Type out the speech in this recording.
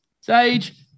Sage